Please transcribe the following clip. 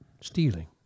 stealing